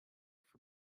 for